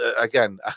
again